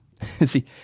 See